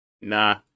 Nah